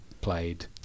played